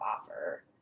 offer